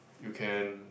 you can